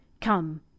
Come